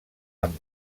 amb